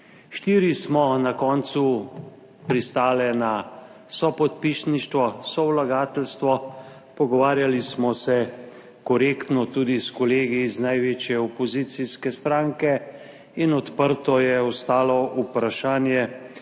Štiri smo na koncu pristale na sopodpisništvo, sovlagateljstvo. Pogovarjali smo se korektno tudi s kolegi iz največje opozicijske stranke. In odprto je ostalo vprašanje,